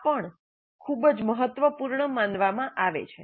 આ પણ ખૂબ જ મહત્વપૂર્ણ માનવામાં આવે છે